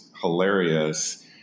hilarious